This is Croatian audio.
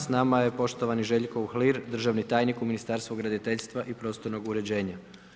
S nama je poštovani Željko Uhlir, državni tajnik u Ministarstvu graditeljstva i prostornog uređenja.